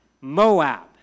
Moab